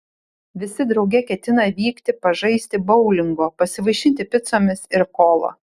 visi drauge ketina vykti pažaisti boulingo pasivaišinti picomis ir kola